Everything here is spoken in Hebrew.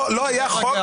לא היה חוק,